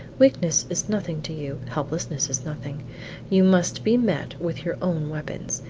weakness is nothing to you helplessness is nothing you must be met with your own weapons,